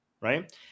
right